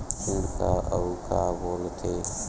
ऋण का अउ का बोल थे?